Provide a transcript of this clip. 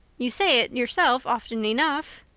you say it yourself often enough.